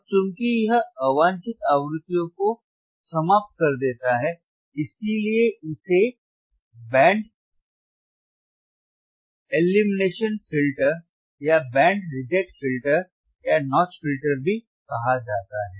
अब चूंकि यह अवांछित आवृत्तियों को समाप्त कर देता है इसलिए इसे बैंड एलिमिनेशन फिल्टर या बैंड रिजेक्ट फिल्टर या नॉच फिल्टर भी कहा जाता है